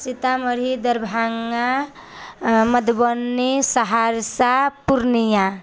Sitamarhi Darbhanga Madhubani Saharsa Purnia